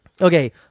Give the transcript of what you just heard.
Okay